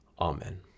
Amen